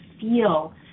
feel